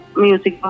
music